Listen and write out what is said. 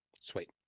Sweet